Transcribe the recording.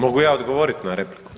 Mogu ja odgovorit na repliku?